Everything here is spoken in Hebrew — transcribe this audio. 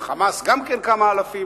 "חמאס" גם כן כמה אלפים.